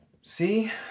See